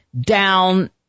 down